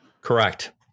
Correct